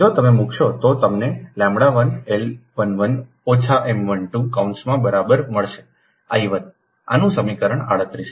જો તમે મૂકશો તો તમનેλ1 L 11 ઓછા M 12 કૌંસની બરાબરમળશેI 1આનુંસમીકરણ 38 છે